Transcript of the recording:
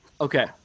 okay